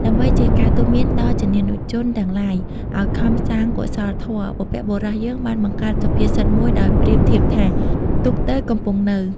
ដើម្បីជាការទូន្មានដល់ជនានុជនទាំងឡាយ ឲ្យខំសាងកុសលធម៌ បុព្វបុរសយើងបានបង្កើតសុភាសិតមួយដោយប្រៀបធៀបថា ទូកទៅ កំពង់នៅ។